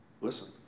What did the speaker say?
Listen